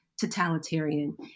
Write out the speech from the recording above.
totalitarian